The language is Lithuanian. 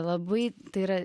labai tai yra